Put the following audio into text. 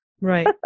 right